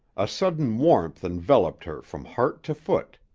a sudden warmth enveloped her from heart to foot.